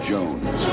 Jones